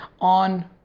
on